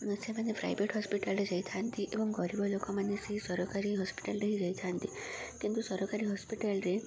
ସେମାନେ ପ୍ରାଇଭେଟ୍ ହସ୍ପିଟାଲରେ ଯାଇଥାନ୍ତି ଏବଂ ଗରିବ ଲୋକମାନେ ସେ ସରକାରୀ ହସ୍ପିଟାଲରେ ହିଁ ଯାଇଥାନ୍ତି କିନ୍ତୁ ସରକାରୀ ହସ୍ପିଟାଲରେ